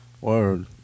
Word